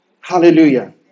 Hallelujah